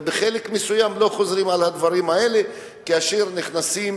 ובחלק מסוים לא חוזרים על הדברים האלה כאשר נכנסים